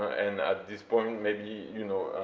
and at this point maybe, you know,